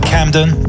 Camden